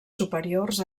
superiors